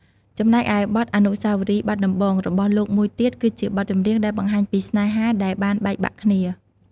ចំណែកឯបទ អនុស្សាវរីយ៍បាត់ដំបង របស់លោកមួយទៀត គឺជាបទចម្រៀងដែលបង្ហាញពីស្នេហាដែលបានបែកបាក់គ្នា។